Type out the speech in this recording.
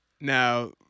Now